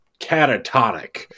catatonic